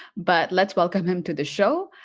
but let's welcome him to the show.